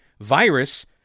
virus